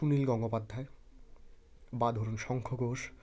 সুনীল গঙ্গোপাধ্যায় বা ধরুন শঙ্খ ঘোষ